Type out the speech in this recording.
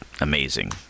amazing